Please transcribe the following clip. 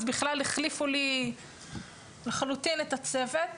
אז בכלל החליפו לי לחלוטין את הצוות,